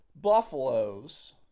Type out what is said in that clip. buffaloes